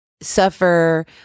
suffer